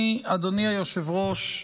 אדוני היושב-ראש,